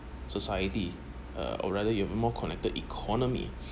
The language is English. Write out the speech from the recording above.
society uh or rather you have more connected economy